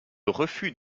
refus